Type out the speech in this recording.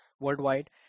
worldwide